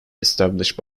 established